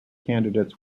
candidates